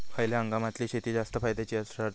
खयल्या हंगामातली शेती जास्त फायद्याची ठरता?